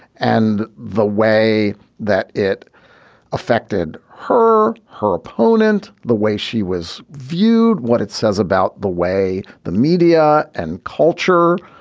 and the way that it affected her, her opponent, the way she was viewed, what it says about the way the media and culture,